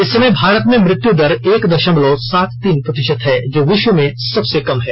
इस समय भारत में मृत्यु दर एक दशमलव सात तीन प्रतिशत है जो विश्व में सबसे कम है